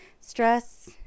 stress